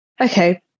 Okay